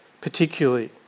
particularly